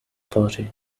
party